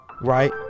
Right